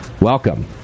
welcome